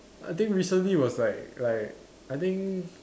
I think recently was like like I think